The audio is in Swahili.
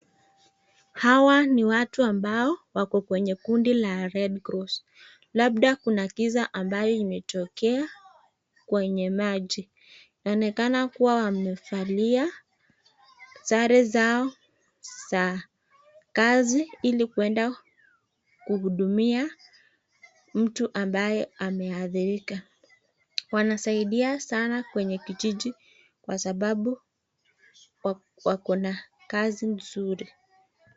Hawa ni watu ambao wako kwenye kundi la Red Cross . Labda kuna kisa ambayo imetokea kwenye maji. Inaonekana kuwa wamevalia sare zao za kazi ili kuenda kuhudumia mtu ambaye ameathirika. Wanasaidia sana kwenye kijiji kwa sababu wako na kazi nzuri.